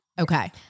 Okay